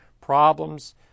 problems